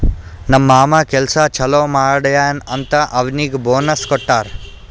ನಮ್ ಮಾಮಾ ಕೆಲ್ಸಾ ಛಲೋ ಮಾಡ್ಯಾನ್ ಅಂತ್ ಅವ್ನಿಗ್ ಬೋನಸ್ ಕೊಟ್ಟಾರ್